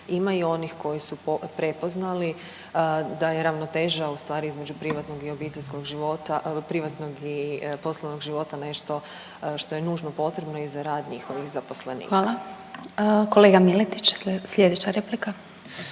ima i onih koji su prepoznali da je ravnoteža ustvari između privatnog i obiteljskog života, privatnog i poslovnog života nešto što je nužno potrebno i rad njihovih zaposlenika. **Glasovac, Sabina (SDP)** Hvala. Kolega Miletić, slijedeća replika.